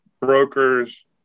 brokers